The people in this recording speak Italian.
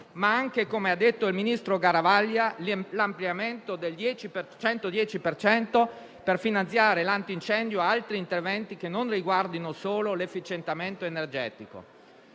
ma anche, come ha detto il ministro Garavaglia, l'ampliamento del superbonus del 110 per cento per finanziare l'antincendio e altri interventi che non riguardino solo l'efficientamento energetico.